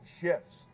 shifts